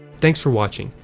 thanks for watching.